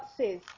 says